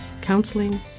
counseling